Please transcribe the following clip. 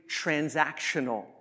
transactional